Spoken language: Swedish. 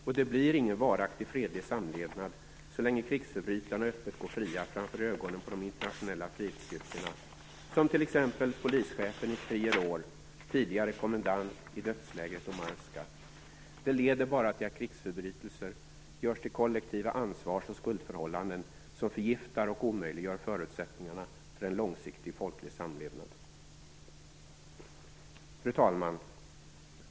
Och det blir ingen varaktig fredlig samlevnad så länge krigsförbrytarna öppet går fria framför ögonen på de internationella fredsstyrkorna, som t.ex. polischefen i Prijedor, tidigare kommendant i dödslägret Omarska. Det leder bara till att krigsförbrytelser görs till kollektiva ansvars och skuldförhållanden, som förgiftar och omöjliggör förutsättningarna för en långsiktig folklig samlevnad. Fru talman!